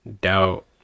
doubt